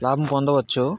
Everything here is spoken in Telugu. లాభం పొందవచ్చు